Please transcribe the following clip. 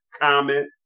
comment